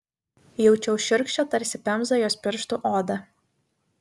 jaučiau šiurkščią tarsi pemza jos pirštų odą